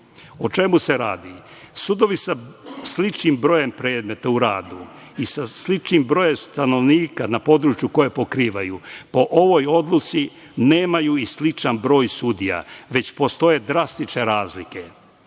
čemu se radi? Sudovi sa sličnim brojem predmeta u radu i sa sličnim brojem stanovnika na području koje pokrivaju, po ovoj odluci nemaju i sličan broj sudija, već postoje drastične razlike.